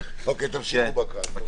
תמשיכו בהקראה.